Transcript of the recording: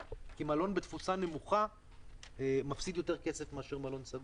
מלון בתפוסה נמוכה מפסיד יותר כסף מאשר מלון סגור.